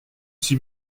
s’y